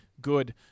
good